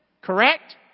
correct